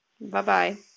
Bye-bye